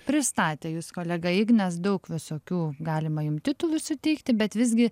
pristatė jus kolega ignas daug visokių galima jum titulų suteikti bet visgi